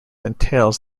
entails